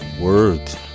Words